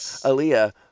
Aaliyah